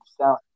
sound